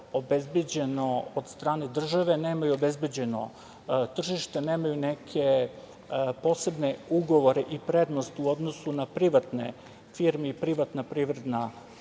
obezbeđeno od strane države, nemaju obezbeđeno tržište, nemaju obezbeđene neke posebne ugovore i prednosti u odnosu na privatne firme i privatna privredna